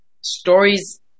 stories